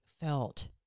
felt